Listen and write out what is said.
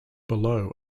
below